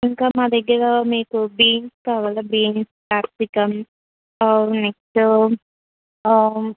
ఇంకా మా దగ్గర మీకు బీన్స్ కావాలా బీన్స్ క్యాప్సికమ్ నెక్స్ట్